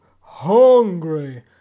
hungry